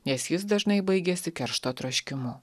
nes jis dažnai baigiasi keršto troškimu